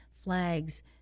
Flags